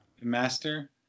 master